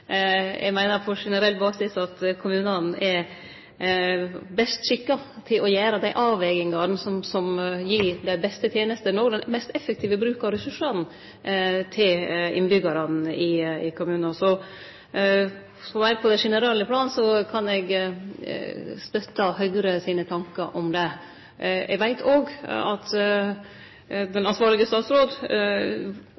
Eg meiner på generell basis at kommunen er best skikka til å gjere dei avvegingane som gir dei beste tenestene – og den mest effektive bruken av ressursane – til innbyggjarane i kommunen. Så på det generelle planet kan eg støtte Høgre sine tankar om det. Eg veit òg at den